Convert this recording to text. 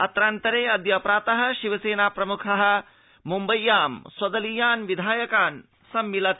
अत्रान्तरे अद्य प्रातः शिवेसनाप्रमुखः मुम्बय्यां स्वदलीयान् विधायकान् सम्मिलति